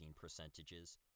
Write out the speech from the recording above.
percentages